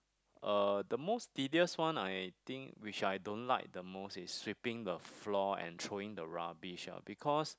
uh the most tedious one I think which I don't like the most is sweeping the floor and throwing the rubbish ah because